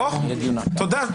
בוודאי.